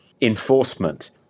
enforcement